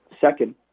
Second